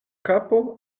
kapo